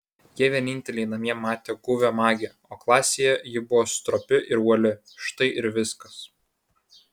jie vieninteliai namie matė guvią magę o klasėje ji buvo stropi ir uoli štai ir viskas